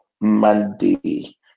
Monday